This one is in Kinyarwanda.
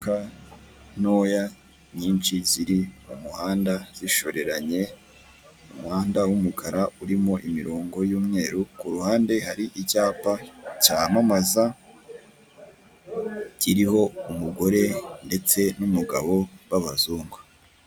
Imodoka ntoya nyinshi ziri mu muhanda zishoreranye, umuhanda w'umukara urimo imirongo y'umweru. Ku ruhande hari icyapa cyamamaza, kiriho umugore n'umugabo b'abazungu.